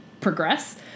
progress